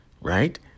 right